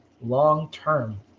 long-term